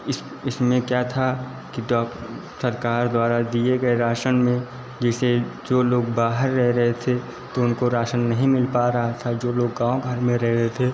इस इसमें क्या था कि डॉक सरकार द्वारा दिए गए राशन में जैसे चो लोग बहार रह रहे थे तो उनको राशन नहीं मिल पा रहा था जो लोग गाऊँ घर में रह रहे थे